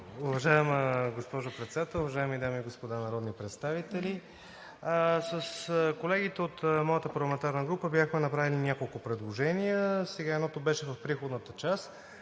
Уважаема госпожо Председател, уважаеми дами и господа народни представители! С колегите от моята парламентарна група бяхме направили няколко предложения – едното беше в приходната част,